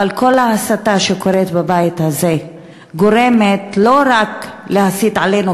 אבל כל ההסתה שקורית בבית הזה גורמת לא רק להסית נגדנו,